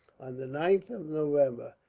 on the ninth of november,